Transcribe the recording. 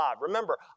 Remember